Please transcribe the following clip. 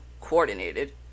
coordinated